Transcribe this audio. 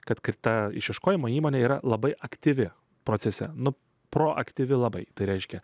kad kita išieškojimo įmonė yra labai aktyvi procese nu proaktyvi labai tai reiškia